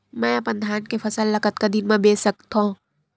मैं अपन धान के फसल ल कतका दिन म बेच सकथो?